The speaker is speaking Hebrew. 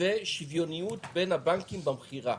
ושוויוניות בין הבנקים במכירה.